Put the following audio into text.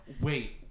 Wait